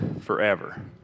forever